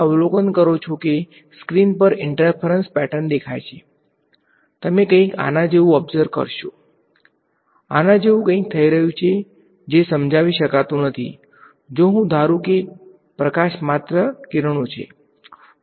લગભગ 10 centimetre okay આ બાજુએ કોઈ બેન્ડિંગ કરશો આના જેવું કંઈક થઈ રહ્યું છે જે સમજાવી શકાતું નથી જો હું ધારું કે પ્રકાશ માત્ર કિરણો છે